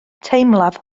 teimlaf